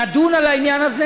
נדון על העניין הזה,